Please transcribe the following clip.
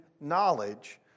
knowledge